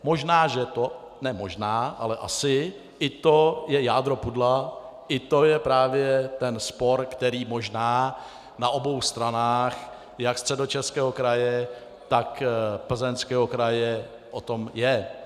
Možná, že to ne možná, ale asi i to je jádro pudla, i to je právě ten spor, který možná na obou stranách, jak Středočeského kraje, tak Plzeňského kraje, o tom je.